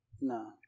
No